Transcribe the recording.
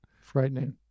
Frightening